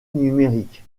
numérique